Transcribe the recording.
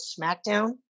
SmackDown